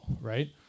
right